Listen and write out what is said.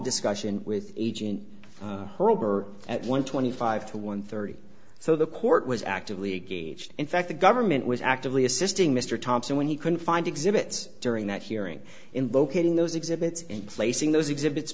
discussion with agent at one twenty five to one thirty so the court was actively engaged in fact the government was actively assisting mr thompson when he couldn't find exhibits during that hearing in locating those exhibits and placing those exhibits